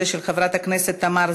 יש לנו 13 חברי כנסת בעד,